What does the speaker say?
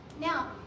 Now